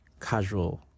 casual